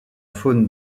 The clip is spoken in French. faune